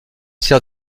sert